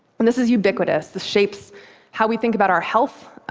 and this is ubiquitous. this shapes how we think about our health,